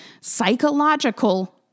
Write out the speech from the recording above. psychological